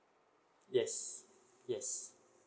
yes yes